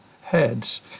heads